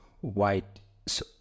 white